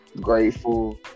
grateful